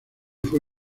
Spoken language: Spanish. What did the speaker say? fue